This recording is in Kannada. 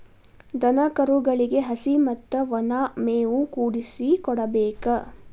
ದನಕರುಗಳಿಗೆ ಹಸಿ ಮತ್ತ ವನಾ ಮೇವು ಕೂಡಿಸಿ ಕೊಡಬೇಕ